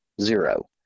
zero